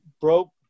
broke